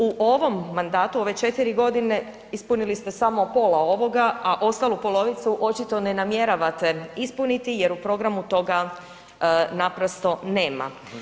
U ovom mandatu ove četiri godine ispunili ste samo pola ovoga, a ostalu polovicu očito ne namjeravate ispuniti jer u programu toga naprosto nema.